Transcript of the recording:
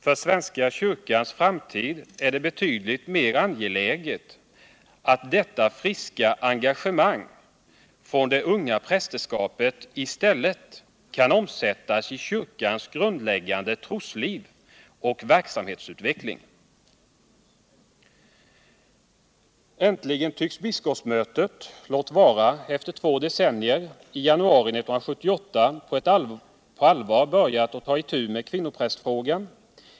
För svenska kyrkans framtid är det betydligt mer angeläget att deua friska engagemang från det unga prästerskapet i stället kan omsättas i kyrkans grundläggande trosliv och verksamhetsutveckling. Äntligen tycks biskopsmötet — låt vara efter två decennier — i januari 1978 på allvar ha börjat tå itu med kvinnopräst frågan.